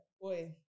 boy